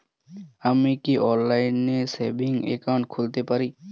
আমি কি অনলাইন এ সেভিংস অ্যাকাউন্ট খুলতে পারি?